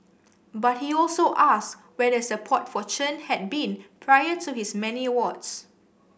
but he also asks where the support for Chen had been prior to his many awards